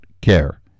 care